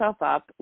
up